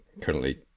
currently